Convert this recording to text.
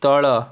ତଳ